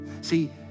See